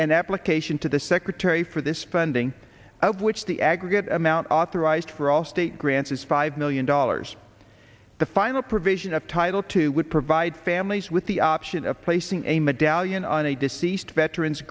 an application to the secretary for this funding of which the aggregate amount authorized for all state grants is five million dollars the final provision of title two would provide families with the option of placing a medallion on a deceased veterans